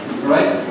right